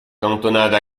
cantonade